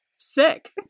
sick